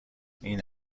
این